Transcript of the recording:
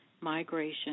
migration